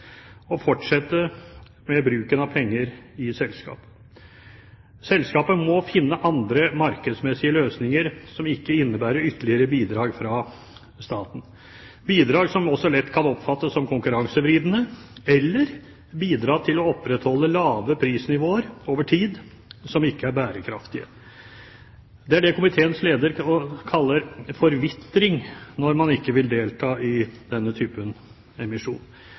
fortsette med bruken av penger i selskapet. Selskapet må finne andre markedsmessige løsninger som ikke innebærer ytterligere bidrag fra staten – bidrag som også lett kan oppfattes som konkurransevridende eller kan opprettholde lavt prisnivå over tid, som ikke er bærekraftig. Komiteens leder kaller det forvitring når man ikke vil delta i denne typen emisjon.